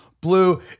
blue